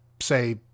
say